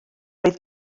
oedd